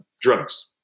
drugs